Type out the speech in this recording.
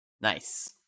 Nice